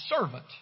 servant